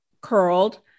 curled